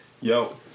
Yo